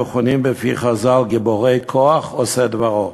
המכונים בפי חז"ל "גיבורי כוח עושי דברו",